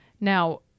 Now